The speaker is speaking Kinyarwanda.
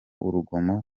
urugomo